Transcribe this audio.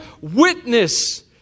witness